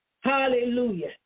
hallelujah